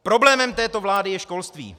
Problémem této vlády je školství.